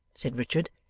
said richard,